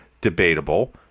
debatable